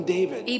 David